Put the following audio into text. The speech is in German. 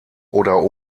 oder